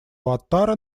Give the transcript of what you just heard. уаттара